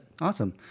Awesome